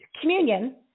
communion